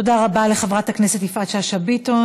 תודה רבה לחברת הכנסת יפעת שאשא ביטון.